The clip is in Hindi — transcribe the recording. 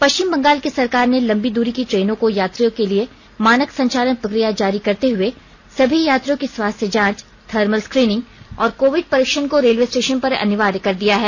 पश्चिम बंगाल की सरकार ने लंबी दूरी की ट्रेनों को यात्रियों के लिए मानक संचालन प्रक्रिया जारी करते हुए सभी यात्रियों की स्वास्थ्य जांच थर्मल स्क्रीनिंग और कोविड परीक्षण को रेलवे स्टेशन पर अनिवार्य कर दिया है